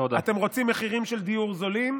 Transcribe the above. אתם רוצים מחירי דיור נמוכים?